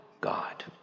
God